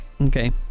Okay